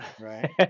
Right